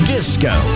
Disco